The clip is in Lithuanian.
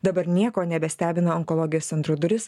dabar nieko nebestebina onkologijos centro duris